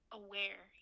aware